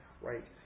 right